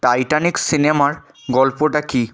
Titanic সিনেমার গল্পটা কী